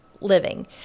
living